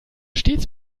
stets